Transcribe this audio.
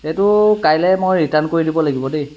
এইটো কাইলৈ মই ৰিটাৰ্ণ কৰি দিব লাগিব দেই